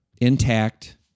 intact